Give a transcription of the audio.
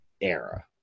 era